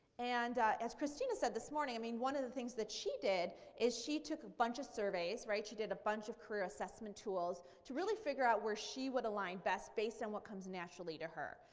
and as christina said this morning, i mean one of the things that she did is she took a bunch of surveys, right, she did a bunch of career assessment tools to really figure out where she would align best based on what comes naturally to her.